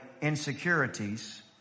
insecurities